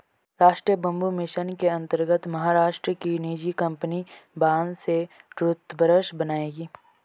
राष्ट्रीय bamboo mission के अंतर्गत महाराष्ट्र की निजी कंपनी बांस से टूथब्रश बनाएगी